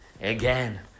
again